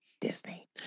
Disney